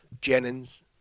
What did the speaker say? Jennings